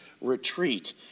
retreat